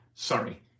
Sorry